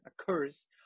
occurs